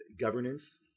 governance